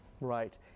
right